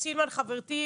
החלטנו לא אנחנו,